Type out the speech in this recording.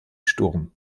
sturm